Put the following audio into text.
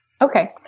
Okay